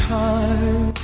time